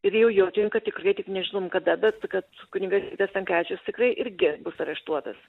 ir jau jautėm kad tikrai tik nežinom kada bet kad kunigas stankevičius tikrai irgi bus areštuotas